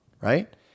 Right